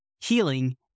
Healing